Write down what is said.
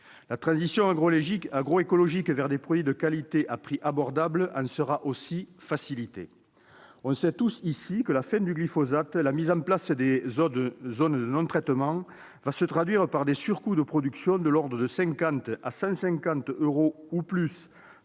La transition agroécologique vers des produits de qualité à prix abordables en serait aussi facilitée. Nous savons tous ici que la fin de l'utilisation du glyphosate et la création de zones de non-traitement vont se traduire par des surcoûts de production de l'ordre de 50 à 150 euros, voire plus,